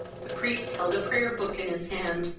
the priest held a prayer-book in his hand,